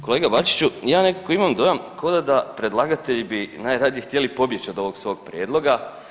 Kolega Bačiću, ja nekako imam dojam ko da predlagatelj bi najradije htjeli pobjeći od ovog svog prijedloga.